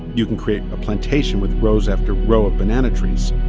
you can create a plantation with rows after row of banana trees.